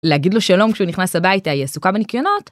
להגיד לו שלום כשהוא נכנס הביתה היא עסוקה בנקיונות